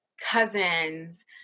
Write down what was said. cousins